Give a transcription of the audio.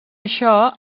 això